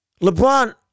LeBron